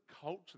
culture